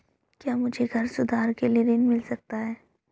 क्या मुझे घर सुधार के लिए ऋण मिल सकता है?